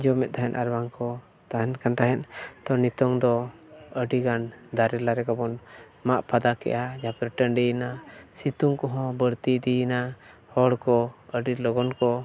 ᱡᱚᱢᱮᱫ ᱛᱟᱦᱮᱱ ᱟᱨ ᱵᱟᱝ ᱠᱚ ᱛᱟᱦᱮᱱ ᱠᱟᱱ ᱛᱟᱦᱮᱸᱫ ᱛᱳ ᱱᱤᱛᱚᱜ ᱫᱚ ᱟᱹᱰᱤᱜᱟᱱ ᱫᱟᱨᱮ ᱱᱟᱹᱲᱤ ᱠᱚᱵᱚᱱ ᱢᱟᱜ ᱯᱷᱟᱫᱟ ᱠᱮᱜᱼᱟ ᱡᱟᱦᱟᱸ ᱠᱚᱨᱮᱜ ᱴᱟᱺᱰᱤᱭᱮᱱᱟ ᱥᱤᱛᱩᱝ ᱠᱚᱦᱚᱸ ᱵᱟᱹᱲᱛᱤ ᱤᱫᱤᱭᱮᱱᱟ ᱦᱚᱲ ᱠᱚ ᱟᱹᱰᱤ ᱞᱚᱜᱚᱱ ᱠᱚ